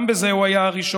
גם בזה הוא היה הראשון,